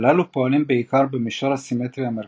הללו פועלים בעיקר במישור הסימטריה המרכזי,